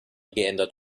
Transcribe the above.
geändert